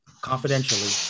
confidentially